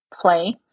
play